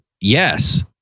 Yes